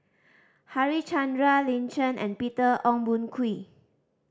Harichandra Lin Chen and Peter Ong Boon Kwee